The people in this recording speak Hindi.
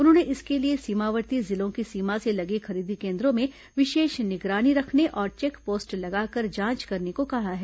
उन्होंने इसके लिए सीमावर्ती जिलों की सीमा से लगे खरीदी केन्द्रों में विशेष निगरानी रखने और चेकपोस्ट लगाकर जांच करने को कहा है